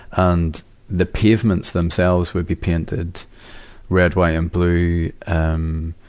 and the pavements themselves would be painted red, white, and blue, um,